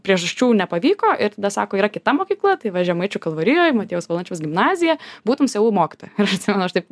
priežasčių nepavyko ir tada sako yra kita mokykla tai va žemaičių kalvarijoj motiejaus valančiaus gimnazija būtum su mokytoja ir aš atsimenu aš taip